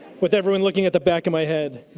with everyone looking at the back of my head.